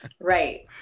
right